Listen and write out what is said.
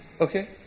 Okay